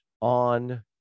on